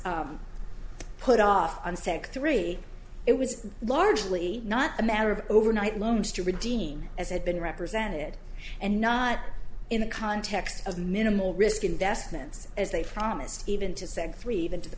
was put off and said three it was largely not a matter of overnight loans to redeem as had been represented and not in the context of minimal risk investments as they promised even to said three even to the